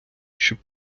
щоб